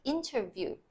Interview